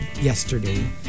yesterday